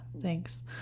thanks